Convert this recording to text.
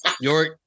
York